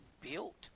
built